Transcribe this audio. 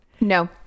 no